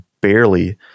barely